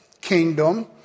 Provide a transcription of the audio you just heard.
kingdom